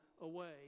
away